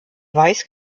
weiß